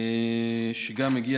שגם הגיע